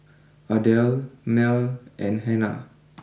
Ardelle Merl and Hanna